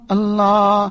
Allah